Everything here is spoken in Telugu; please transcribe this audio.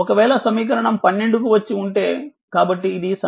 ఒకవేళ సమీకరణం 12 కు వచ్చి ఉంటే కాబట్టి ఇది సమీకరణం 12